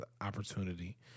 opportunity